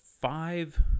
five